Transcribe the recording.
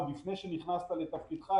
עוד לפני שנכנסת לתפקידך,